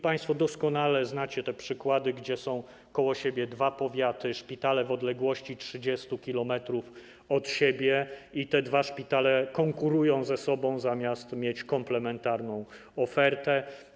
Państwo doskonale znacie te przykłady, gdy są koło siebie dwa powiaty, szpitale w odległości 30 km od siebie i te dwa szpitale konkurują ze sobą zamiast mieć komplementarną ofertę.